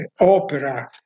opera